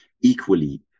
equally